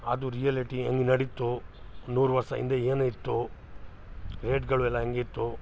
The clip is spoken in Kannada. ಅದು ರಿಯಲಿಟಿ ಹೆಂಗ್ ನಡಿತು ನೂರು ವರ್ಷ ಹಿಂದೆ ಏನು ಇತ್ತು ರೇಟ್ಗಳು ಎಲ್ಲ ಹೆಂಗಿತ್ತು